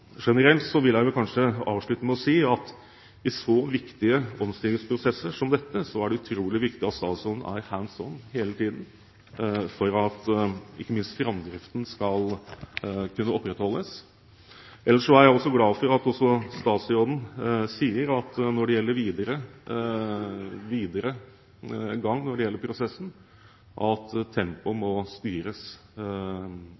Jeg vil avslutte med å si at det generelt i så viktige omstillingsprosesser som dette er utrolig viktig at statsråden er «hands on» hele tiden – ikke minst for at framdriften skal kunne opprettholdes. Jeg er også glad for at også statsråden sier at tempoet i den videre gang